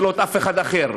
ולא אף אחד אחר.